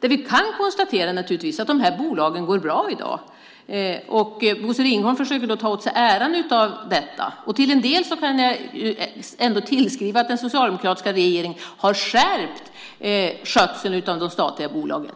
Det vi kan konstatera är naturligtvis att de här bolagen i dag går bra. Bosse Ringholm försöker ta åt sig äran av detta. Till en del kan jag tillskriva den socialdemokratiska regeringen att den har skärpt skötseln av de statliga bolagen.